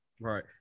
right